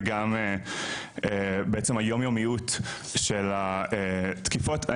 וגם בעצם היומיומיות של התקיפות.